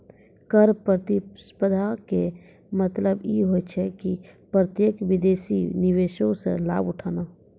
कर प्रतिस्पर्धा के मतलब इ होय छै कि प्रत्यक्ष विदेशी निवेशो से लाभ उठाना